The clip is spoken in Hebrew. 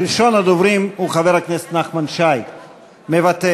ראשון הדוברים הוא חבר הכנסת נחמן שי, מוותר.